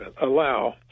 allow